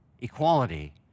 equality